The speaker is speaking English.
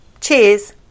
Cheers